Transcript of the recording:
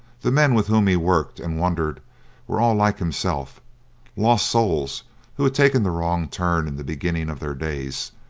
the men with whom he worked and wandered were all like himself lost souls who had taken the wrong turn in the beginning of their days,